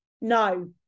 No